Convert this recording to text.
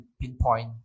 pinpoint